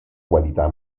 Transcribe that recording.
qualità